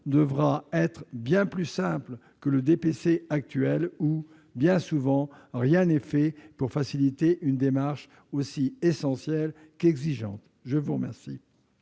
devra être bien plus simple que le DPC actuel. Aujourd'hui, rien n'est fait pour faciliter une démarche aussi essentielle qu'exigeante. La parole